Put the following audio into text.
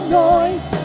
noise